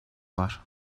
var